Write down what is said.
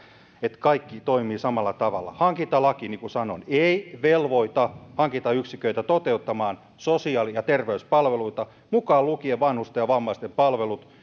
että kaikki toimivat samalla tavalla hankintalaki niin kuin sanoin ei velvoita hankintayksiköitä toteuttamaan sosiaali ja terveyspalveluita mukaan lukien vanhusten ja vammaisten palvelut